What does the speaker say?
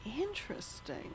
interesting